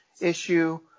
issue